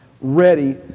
ready